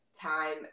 time